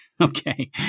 Okay